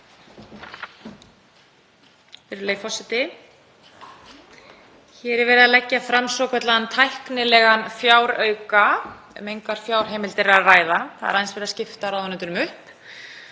Hér er verið að leggja fram svokallaðan tæknilegan fjárauka. Um engar fjárheimildir er að ræða, það er aðeins verið að skipta ráðuneytunum upp.